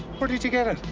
where did you get it?